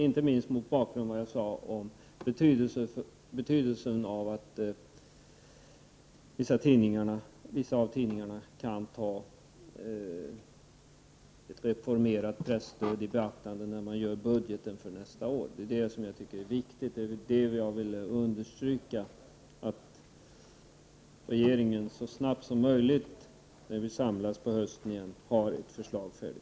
Det är olyckligt inte minst mot bakgrund av betydelsen av att vissa tidningar kan räkna med ett reformerat presstöd när de gör sin budget för nästa år. Jag vill därför understryka vikten av att regeringen så snart som möjligt efter det att vi träffas i höst kan lägga fram ett färdigt förslag.